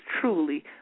truly